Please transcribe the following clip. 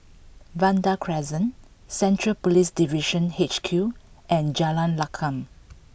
Vanda Crescent Central Police Division H Q and Jalan Lakum